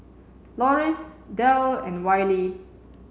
Loris Delle and Wylie